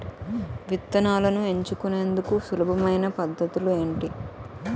విత్తనాలను ఎంచుకునేందుకు సులభమైన పద్ధతులు ఏంటి?